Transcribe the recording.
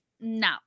No